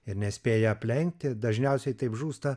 ir nespėja aplenkti dažniausiai taip žūsta